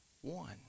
One